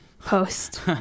Post